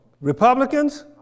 Republicans